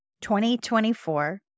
2024